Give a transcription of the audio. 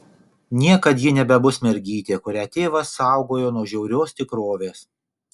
niekad ji nebebus mergytė kurią tėvas saugojo nuo žiaurios tikrovės